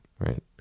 right